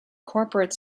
corporate